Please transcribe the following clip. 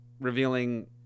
revealing